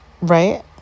right